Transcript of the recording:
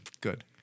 Good